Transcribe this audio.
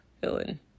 villain